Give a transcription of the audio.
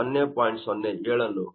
07 ಅನ್ನು ಪಡೆಯಬಹುದು